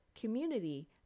community